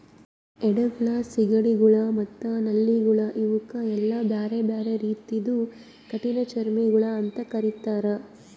ಏಡಿಗೊಳ್, ಸೀಗಡಿಗೊಳ್ ಮತ್ತ ನಳ್ಳಿಗೊಳ್ ಇವುಕ್ ಎಲ್ಲಾ ಬ್ಯಾರೆ ಬ್ಯಾರೆ ರೀತಿದು ಕಠಿಣ ಚರ್ಮಿಗೊಳ್ ಅಂತ್ ಕರಿತ್ತಾರ್